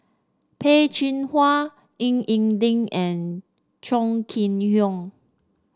Peh Chin Hua Ying E Ding and Chong Kee Hiong